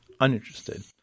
uninterested